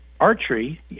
archery